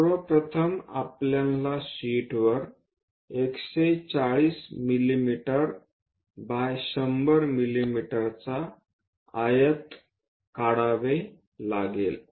सर्व प्रथम आपल्याला शीटवर 140 मिमी बाय 100 मिमी आयत काढावे लागेल